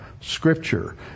scripture